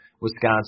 Wisconsin